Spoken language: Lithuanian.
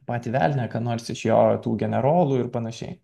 patį velnią kad nors iš jo tų generolų ir panašiai